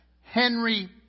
Henry